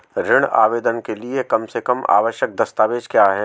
ऋण आवेदन के लिए कम से कम आवश्यक दस्तावेज़ क्या हैं?